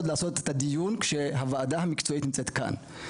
לעשות את הדיון כשהוועדה המקצועית נמצאת כאן.